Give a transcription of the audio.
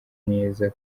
neza